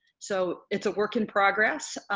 so, it's a work in progress.